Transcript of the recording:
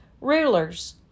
Rulers